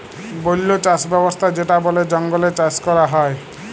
বল্য চাস ব্যবস্থা যেটা বলে জঙ্গলে চাষ ক্যরা হ্যয়